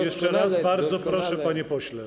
Jeszcze raz, bardzo proszę, panie pośle.